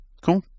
cool